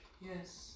yes